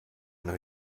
know